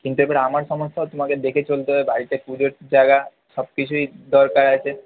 কিন্তু এবার আমার সমস্যাও তোমাকে দেখে চলতে হবে বাড়িতে পুজোর জায়গায় সব কিছুই দরকার আছে